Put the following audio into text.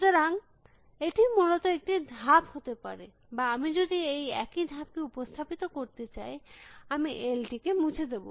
সুতরাং এটি মূলত একটি ধাপ হতে পারে বা আমি যদি এই একই ধাপ কে উপস্থাপিত করতে চাই আমি L টিকে মুছে দেব